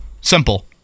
simple